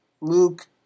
Luke